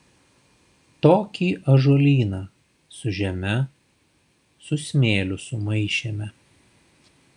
tokį ąžuolyną su žeme su smėliu sumaišėme